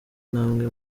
intambwe